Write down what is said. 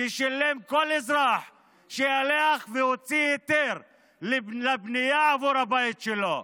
ששילם כל אזרח שהלך והוציא היתר לבנייה עבור הבית שלו.